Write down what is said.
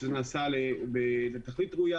כשזה נעשה לתכלית ראויה,